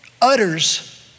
utters